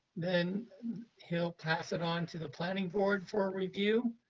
then he'll pass it on to the planning board for review.